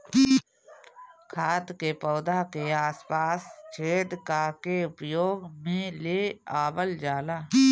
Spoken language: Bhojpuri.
खाद के पौधा के आस पास छेद क के उपयोग में ले आवल जाला